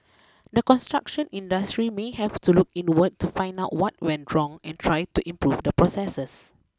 the construction industry may have to look inward to find out what went wrong and try to improve the processes